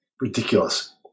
ridiculous